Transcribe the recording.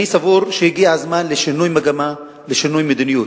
אני סבור שהגיע הזמן לשינוי מגמה, לשינוי מדיניות.